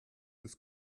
ist